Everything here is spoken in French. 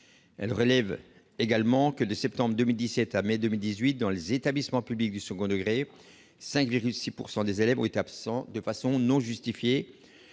Elle relève également que, de septembre 2017 à mai 2018, dans les établissements publics du second degré, quelque 5,6 % des élèves ont été absents, de façon non justifiée,